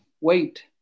wait